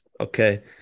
okay